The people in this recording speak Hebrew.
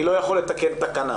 אני לא יכול לתקן תקנה.